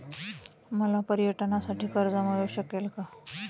मला पर्यटनासाठी कर्ज मिळू शकेल का?